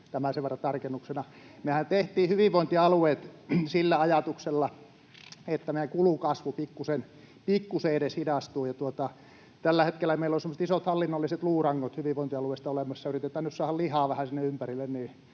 Tämä sen verran tarkennuksena. Mehän tehtiin hyvinvointialueet sillä ajatuksella, että meidän kulukasvu pikkuisen edes hidastuu. Tällä hetkellä meillä on semmoiset isot hallinnolliset luurangot hyvinvointialueista olemassa. Yritetään nyt saada lihaa vähän sinne ympärille,